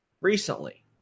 recently